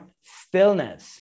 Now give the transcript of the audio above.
stillness